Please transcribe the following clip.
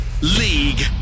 League